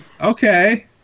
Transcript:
okay